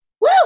Woo